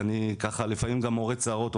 ואני לפעמים גם מורט שערות,